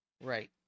Right